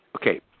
Okay